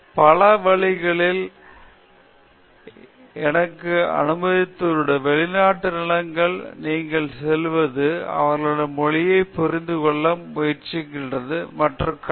பல வழிகளில் என்னை மாற்ற அனுமதித்தேன் வெளிநாட்டு நிலத்திற்கு நீங்கள் செல்வது அவர்களின் மொழியை புரிந்து கொள்ள முயற்சிப்பதன் மூலம் அவர்கள் எப்படி செய்கிறார்கள் என்பதைப் பார்ப்பது நீங்கள் மாற்றியமைக்கலாம்